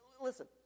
Listen